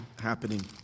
happening